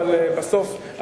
אבל בסוף,